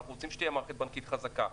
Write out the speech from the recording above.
אנחנו רוצים שתהיה מערכת בנקאית חזקה,